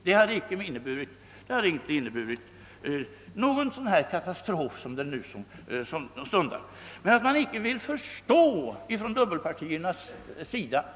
Det hade icke inneburit någon sådan katastrof som den som nu stundar.